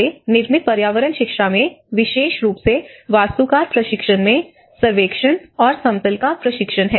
हमारे निर्मित पर्यावरण शिक्षा में विशेष रूप से वास्तुकार प्रशिक्षण में सर्वेक्षण और समतल का प्रशिक्षण है